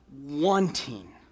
wanting